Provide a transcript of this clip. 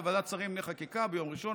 בוועדת שרים לחקיקה ביום ראשון,